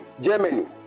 Germany